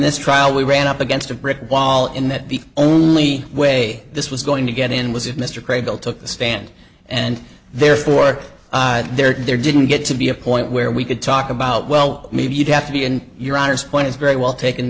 this trial we ran up against a brick wall in that the only way this was going to get in was if mr cradle took the stand and therefore there didn't get to be a point where we could talk about well maybe you'd have to be in your honour's point is very well taken